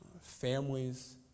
families